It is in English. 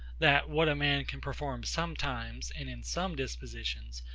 that what a man can perform sometimes, and in some dispositions,